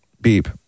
beep